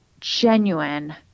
genuine